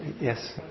Yes